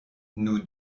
nous